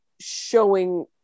showing